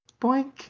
boink